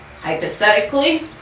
hypothetically